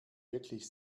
wirklich